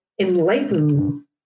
enlighten